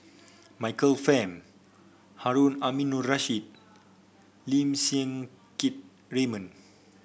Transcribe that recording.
Michael Fam Harun Aminurrashid Lim Siang Keat Raymond